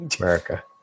america